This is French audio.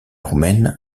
roumaine